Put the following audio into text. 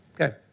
Okay